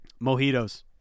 Mojitos